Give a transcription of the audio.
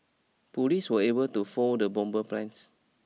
police were able to foil the bomber plans